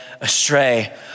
astray